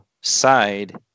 side